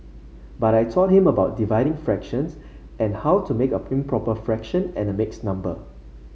but I taught him about dividing fractions and how to make a improper fraction and mixed number